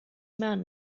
man